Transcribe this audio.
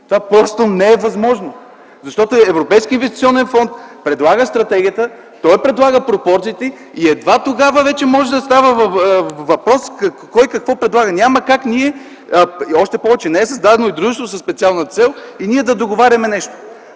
Това просто не е възможно, защото Европейският инвестиционен фонд предлага стратегията, той предлага пропорциите и едва тогава вече може да става въпрос кой какво предлага. Още повече не е създадено дружество със специална цел и ние да договаряме нещо.